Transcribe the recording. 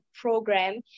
program